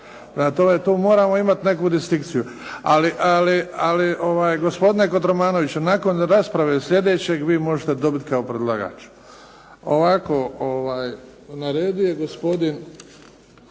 tu moramo imati neku distinkciju. Ali gospodine Kotromanoviću, nakon rasprave sljedećeg vi možete dobiti kao predlagač. Ovako, na redu je gospodin